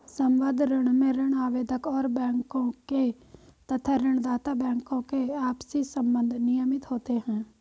संबद्ध ऋण में ऋण आवेदक और बैंकों के तथा ऋण दाता बैंकों के आपसी संबंध नियमित होते हैं